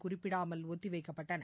குறிப்பிடாமல் ஒத்திவைக்கப்பட்டன